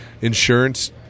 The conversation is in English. insurance